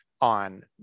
on